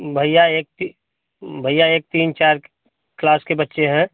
भैया एक की भैया एक तीर चार क्लास के बच्चे हैं